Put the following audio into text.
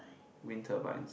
wind turbine